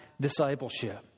discipleship